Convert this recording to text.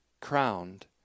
crowned